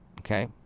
okay